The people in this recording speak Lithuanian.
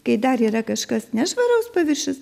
kai dar yra kažkas nešvaraus paviršius